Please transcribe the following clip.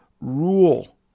rule